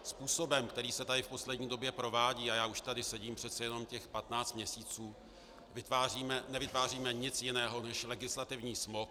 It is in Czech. Způsobem, který se tady v poslední době provádí, a já už tady sedím přece jenom těch 15 měsíců, nevytváříme nic jiného než legislativní smog.